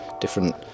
different